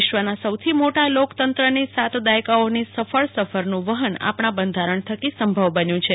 વિશ્વના સૌથી મોટા લોકતંત્રની સાત દાયકાઓની સફળ સફરનું વહન આપણાં બંધારણ થકી સંભવ બન્યું છે